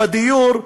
בדיור,